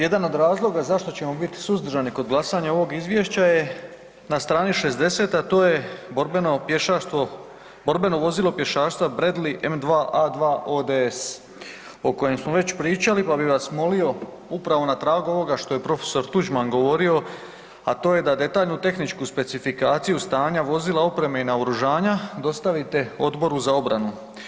Jedan od razloga zašto ćemo biti suzdržani kod glasanja ovog Izvješća je na strani 60, a to je borbeno pješaštvo, borbeno vozilo pješaštva Bradley M2-A2-ODS o kojem smo već pričali pa bih vas molio, upravo na tragu ovoga što je profesor Tuđman govorio, a to je da detaljnu tehničku specifikaciju stanja vozila, opreme i naoružanja dostavite Odboru za obranu.